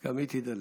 גם היא תידלק.